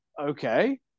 okay